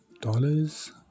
Dollars